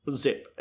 zip